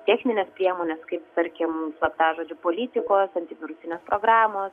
techninės priemonės kaip tarkim slaptažodžių politikos antivirusinės programos